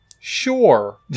sure